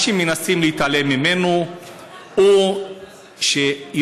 מה שמנסים להתעלם ממנו הוא שירושלים,